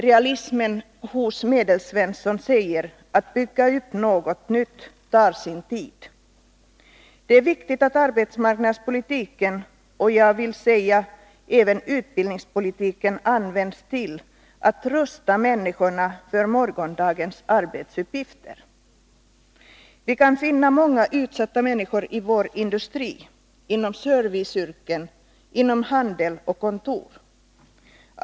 Realismen hos Medelsvensson gör att man säger: Att bygga upp någonting nytt tar sin tid. Det är viktigt att arbetsmarknadspolitiken och — det vill jag betona — även utbildningspolitiken används till att rusta människorna för morgondagens arbetsuppgifter. Vi kan finna många utsatta människor i vår industri, i serviceyrkena och inom handel och kontor.